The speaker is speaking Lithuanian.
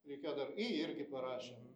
reikėjo dar y irgi parašėm